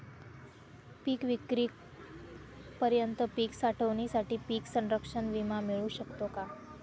पिकविक्रीपर्यंत पीक साठवणीसाठी पीक संरक्षण विमा मिळू शकतो का?